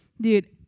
Dude